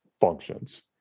functions